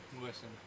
listen